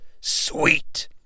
Sweet